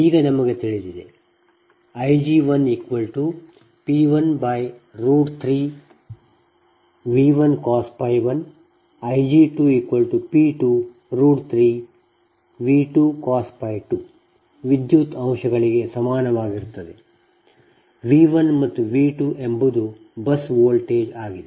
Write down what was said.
ಈಗ ನಮಗೆ ತಿಳಿದಿದೆ Ig1P13V1cos 1 Ig2P23V2cos 2 ವಿದ್ಯುತ್ ಅಂಶಗಳಿಗೆ ಸಮಾನವಾಗಿರುತ್ತದೆ V 1 ಮತ್ತು V 2 ಎಂಬುದು ಬಸ್ ವೋಲ್ಟೇಜ್ ಆಗಿದೆ